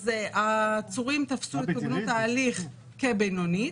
העצורים תפסו את הוגנות ההליך כבינונית.